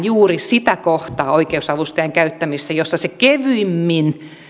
juuri siitä kohtaa vähentää oikeusavustajan käyttämistä jossa sen avulla kevyimmin